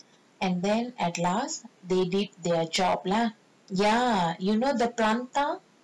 and then at last they did their job lah ya you know the